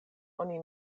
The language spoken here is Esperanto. oni